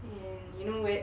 and you know we're